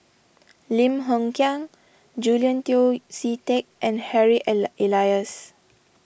Lim Hng Kiang Julian Yeo See Teck and Harry Ala Elias